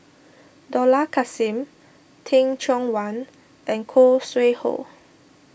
Dollah Kassim Teh Cheang Wan and Khoo Sui Hoe